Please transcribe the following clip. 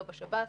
לא בשב"ס,